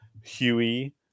Huey